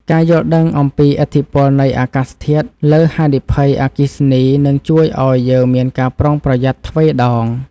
ការយល់ដឹងអំពីឥទ្ធិពលនៃអាកាសធាតុលើហានិភ័យអគ្គិភ័យនឹងជួយឱ្យយើងមានការប្រុងប្រយ័ត្នទ្វេដង។